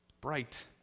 bright